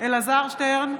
אלעזר שטרן,